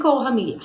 מקור המילה